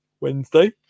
Wednesday